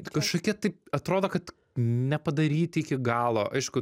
kažkokie taip atrodo kad nepadaryti iki galo aišku